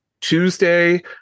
Tuesday